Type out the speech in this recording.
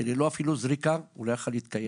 שללא זריקה הוא אפילו לא יכול היה להתקיים.